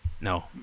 No